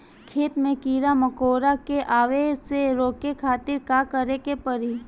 खेत मे कीड़ा मकोरा के आवे से रोके खातिर का करे के पड़ी?